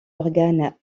organes